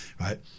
Right